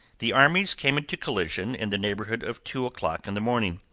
the armies came into collision in the neighbourhood of two o'clock in the morning.